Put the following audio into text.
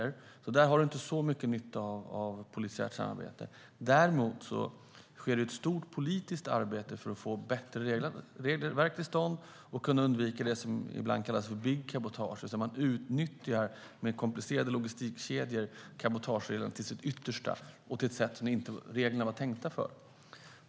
I sådana fall har man inte så mycket nytta av polisiärt samarbete. Däremot sker det ett stort politiskt arbete för att få ett bättre regelverk till stånd och kunna undvika det som ibland kallas big cabotage, alltså där man utnyttjar cabotagereglerna till det yttersta och på ett sätt som de inte var tänkta för.